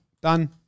Done